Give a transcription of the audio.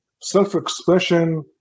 self-expression